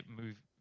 move